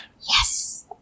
yes